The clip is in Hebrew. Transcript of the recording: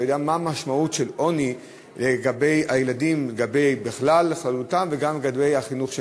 יודע מה המשמעות של עוני לגבי הילדים בכלל וגם לגבי החינוך שלהם.